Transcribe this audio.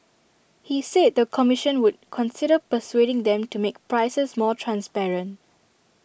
he said the commission would consider persuading them to make prices more transparent